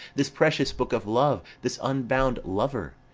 this precious book of love, this unbound lover,